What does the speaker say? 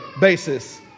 basis